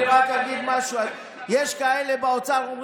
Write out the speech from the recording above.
חוב מוסרי,